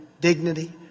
dignity